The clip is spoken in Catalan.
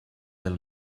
del